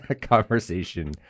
conversation